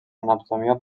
anatomia